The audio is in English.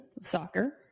soccer